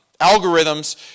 algorithms